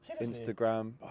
Instagram